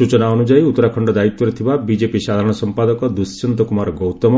ସୂଚନା ଅନୁଯାୟୀ ଉତ୍ତରାଖଣ୍ଡ ଦାୟିତ୍ୱରେ ଥିବା ବିଜେପି ସାଧାରଣ ସମ୍ପାଦକ ଦୁଷ୍ୟନ୍ତ କୁମାର ଗୌତମ